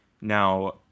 Now